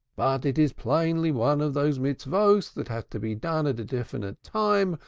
but it is plainly one of those mitzvahs that have to be done at a definite time,